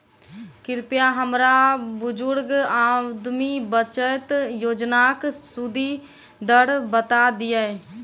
कृपया हमरा बुजुर्ग आदमी बचत योजनाक सुदि दर बता दियऽ